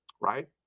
right